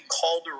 called